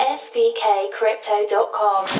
svkcrypto.com